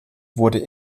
wurde